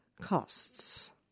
costs